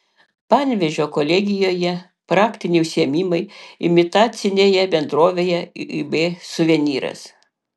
panevėžio kolegijoje praktiniai užsiėmimai imitacinėje bendrovėje ib suvenyras